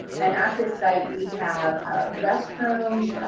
and at this site, we have restrooms,